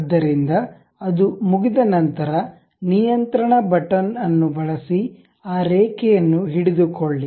ಆದ್ದರಿಂದ ಅದು ಮುಗಿದ ನಂತರ ನಿಯಂತ್ರಣ ಬಟನ್ ಅನ್ನು ಬಳಸಿ ಆ ರೇಖೆಯನ್ನು ಹಿಡಿದುಕೊಳ್ಳಿ